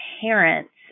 parents